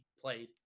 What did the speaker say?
played